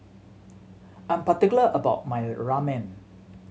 I'm particular about my Ramen